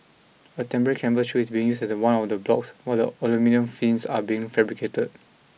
a temporary canvas shield is being used at one of the blocks while the while the aluminium fins are being fabricated